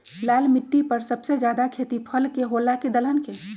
लाल मिट्टी पर सबसे ज्यादा खेती फल के होला की दलहन के?